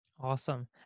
Awesome